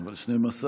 אבל 12 אריות.